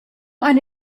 eine